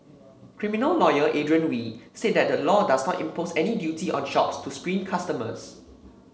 criminal lawyer Adrian Wee said that the law does not impose any duty on shops to screen customers